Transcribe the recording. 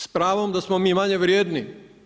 S pravom da smo mi manje vrijedni?